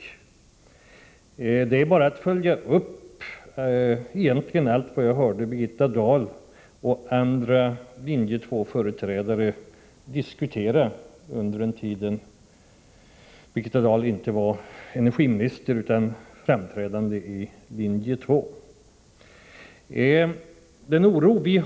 Det är egentligen bara att följa upp allt vad jag hörde Birgitta Dahl och andra företrädare för linje 2 diskutera under en tid då Birgitta Dahl inte var energiminister utan framträdande i linje 2.